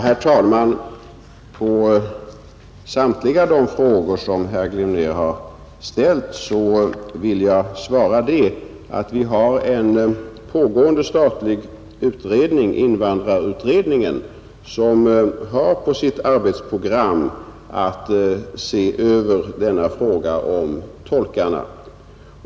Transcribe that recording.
Herr talman! På samtliga de frågor herr Glimnér har ställt vill jag svara att en statlig utredning — invandrarutredningen — pågår. Den har på sitt arbetsprogram att se över frågan om tolkarna.